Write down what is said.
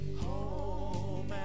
home